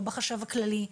או בחשב הכללי,